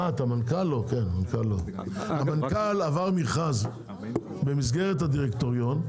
המנכ"ל עבר מכרז במסגרת הדירקטוריון,